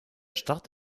start